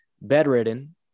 bedridden